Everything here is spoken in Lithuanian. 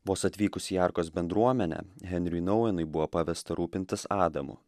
vos atvykus į arkos bendruomenę henriui nouenui buvo pavesta rūpintis adamu